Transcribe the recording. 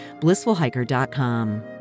blissfulhiker.com